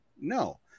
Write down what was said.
No